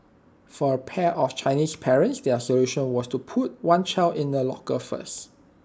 for A pair of Chinese parents their solution was to put one child in A locker first